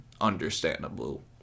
understandable